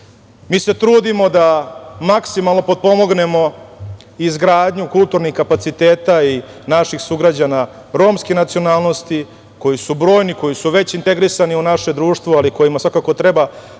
se trudimo da maksimalno potpomognemo izgradnju kulturnih kapaciteta i naših sugrađana romske nacionalnosti koji su brojni, koji su već integrisani u naše društvo, ali kojima svakako treba